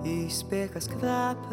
įspėk kas kvepia